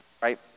Right